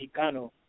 Mexicano